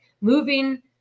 moving